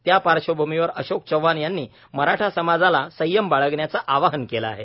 त्या पार्श्वभूमीवर अशोक चव्हाण यांनी मराठा समाजाला संयम बाळगण्याचं आवाहन केलं आहे